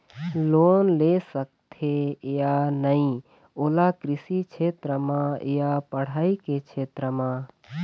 Loan ले सकथे या नहीं ओला कृषि क्षेत्र मा या पढ़ई के क्षेत्र मा?